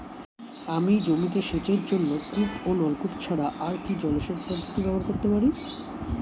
আমি জমিতে সেচের জন্য কূপ ও নলকূপ ছাড়া আর কি জলসেচ পদ্ধতি ব্যবহার করতে পারি?